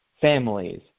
families